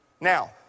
Now